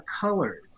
colors